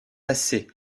assez